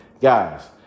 Guys